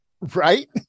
Right